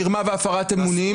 מרמה והפרת אמונים.